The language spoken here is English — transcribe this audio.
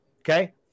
Okay